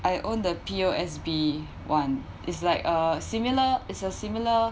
I owned the P_O_S_B [one] is like a similar is a similar